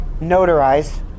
notarized